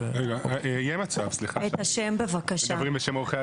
אני נציג לשכת עורכי